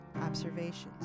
observations